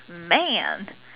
man